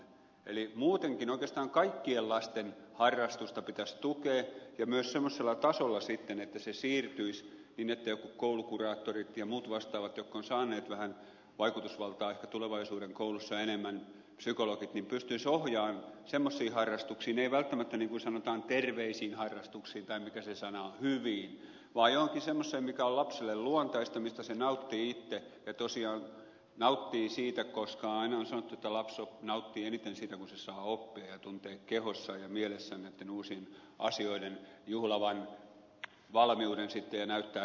eli muutenkin oikeastaan kaikkien lasten harrastusta pitäisi tukea ja myös semmoisella tasolla sitten että se siirtyisi niin että jotkut koulukuraattorit ja muut vastaavat jotka ovat saaneet vähän vaikutusvaltaa ehkä tulevaisuuden koulussa enemmän psykologit pystyisivät ohjaamaan semmoisiin harrastuksiin ei välttämättä niin kuin sanotaan terveisiin harrastuksiin tai mikä se sana on hyviin vaan johonkin semmoiseen mikä on lapselle luontaista mistä se nauttii itse ja tosiaan nauttii siitä koska aina on sanottu että lapsi nauttii eniten siitä kun se saa oppia ja tuntea kehossaan ja mielessään näitten uusien asioiden juhlavan valmiuden sitten ja näyttää kaikille